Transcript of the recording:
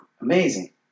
Amazing